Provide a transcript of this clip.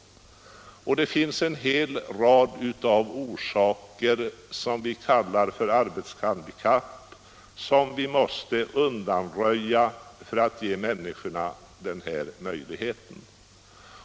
Det finns en hel rad orsaker som vi kallar arbetshandikapp som vi måste undanröja för att ge människorna den här möjligheten.